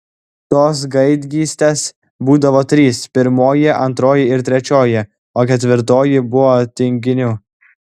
tos gaidgystės būdavo trys pirmoji antroji ir trečioji o ketvirtoji buvo tinginių